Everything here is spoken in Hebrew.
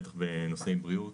בטח בנושאי בריאות,